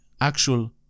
actual